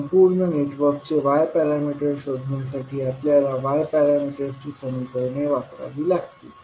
संपूर्ण नेटवर्कचे y parameters शोधण्यासाठी आपल्याला y पॅरामीटर्सची समीकरणे वापरावी लागतील